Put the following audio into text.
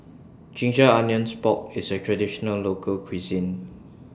Ginger Onions Pork IS A Traditional Local Cuisine